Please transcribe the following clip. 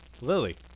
lily